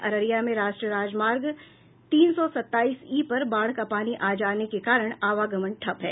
अररिया में राष्ट्रीय राजमार्ग तीन सौ सत्ताईस ई पर बाढ़ का पानी आने के कारण आवागमन ठप है